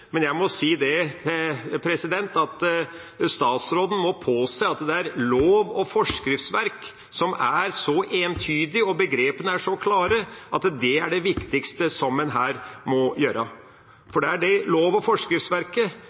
men jeg må si at statsråden må påse at lov- og forskriftsverket er entydig og begrepene klare – det er det viktigste en må gjøre her. Lov- og forskriftsverket må være entydig. Det vil kunne medvirke til at en ikke trenger å dra på så mange kurs og